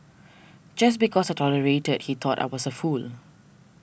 just because I tolerated he thought I was a fool